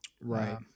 right